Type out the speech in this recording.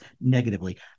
negatively